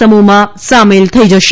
સમુહમાં સામેલ થઈ જશે